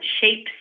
shapes